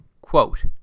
Quote